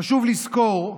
חשוב לזכור,